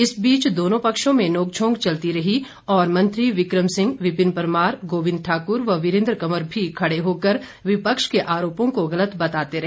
इस बीच दोनों पक्षों में नोकझोंक चलती रही और मंत्री बिकम सिंह विपिन परमार गोविन्द ठाकुर व वीरेन्द्र कंवर भी खड़े होकर विपक्ष के आरोपों को गलत बताते रहे